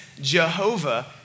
Jehovah